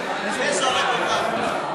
16 ו-17?